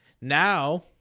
Now